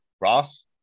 Ross